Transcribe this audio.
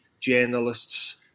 journalists